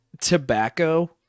tobacco